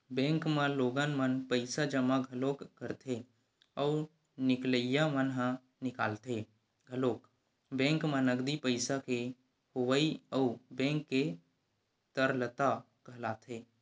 bank म लोगन मन पइसा जमा घलोक करथे अउ निकलइया मन ह निकालथे घलोक बेंक म नगदी पइसा के होवई ह बेंक के तरलता कहलाथे